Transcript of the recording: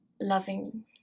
loving